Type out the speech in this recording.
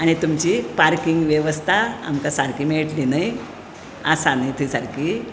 आनी तुमची पार्किंग वेवस्था आमकां सारकी मेळटली न्हय आसा न्हय ती सारकी